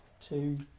two